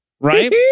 right